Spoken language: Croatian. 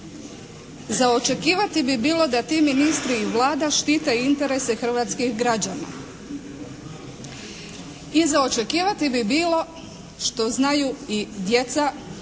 Za očekivati bi bilo da ti ministri i Vlada štite interese hrvatskih građana i za očekivati bi bilo što znaju i djeca